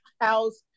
house